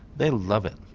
they'll love it.